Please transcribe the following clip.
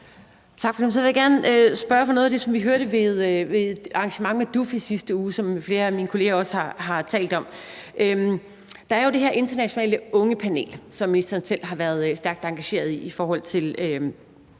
Tak for det. Så vil jeg gerne spørge om noget af det, som vi hørte ved et arrangement med DUF i sidste uge, som flere af mine kollegaer også har talt om. Der er jo det her internationale ungepanel, som ministeren selv har været stærkt engageret i, med hensyn